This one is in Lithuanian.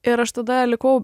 ir aš tada likau